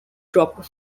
dropped